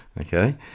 okay